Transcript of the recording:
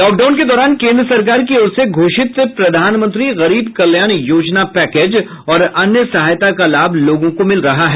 lockdown के दौरान केन्द्र सरकार की ओर से घोषित प्रधानमंत्री गरीब कल्याण योजना पैकेज और अन्य सहायता का लाभ लोगों को मिल रहा है